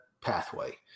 pathway